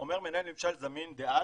אומר מנהל ממשל זמין דאז,